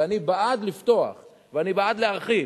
ואני בעד לפתוח ואני בעד להרחיב,